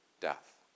death